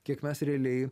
kiek mes realiai